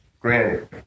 granted